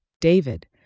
David